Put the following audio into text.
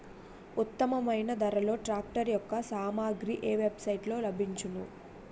ఉత్తమమైన ధరలో ట్రాక్టర్ యెక్క సామాగ్రి ఏ వెబ్ సైట్ లో లభించును?